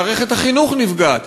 מערכת החינוך נפגעת,